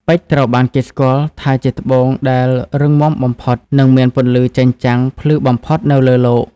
ពេជ្រត្រូវបានគេស្គាល់ថាជាត្បូងដែលរឹងមាំបំផុត និងមានពន្លឺចែងចាំងភ្លឺបំផុតនៅលើលោក។